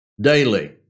daily